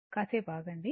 కాసేపు ఆగండి